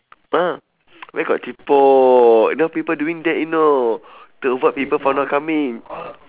!huh! where got cheapo now people doing that you know to avoid people for not coming